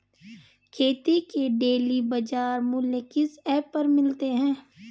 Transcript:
खेती के डेली बाज़ार मूल्य किस ऐप पर मिलते हैं?